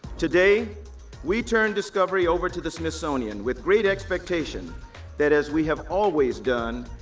today we turn discovery over to the smithsonian with great expectation that as we have always done,